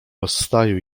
rozstaju